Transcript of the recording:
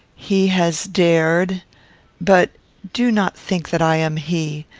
he has dared but do not think that i am he.